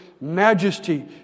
majesty